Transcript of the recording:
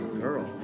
Girl